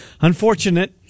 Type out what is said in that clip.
Unfortunate